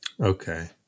Okay